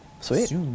Sweet